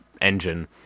engine